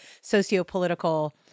socio-political